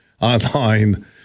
online